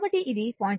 కాబట్టి ఇది 0